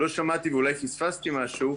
לא שמעתי ואולי פספסתי משהו,